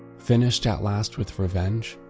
finished at last with revenge,